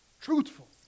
truthful